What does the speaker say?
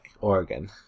Oregon